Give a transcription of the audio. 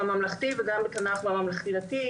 גם בממלכתי וגם בממלכתי-דתי,